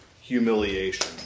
humiliation